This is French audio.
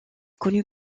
connue